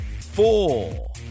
Four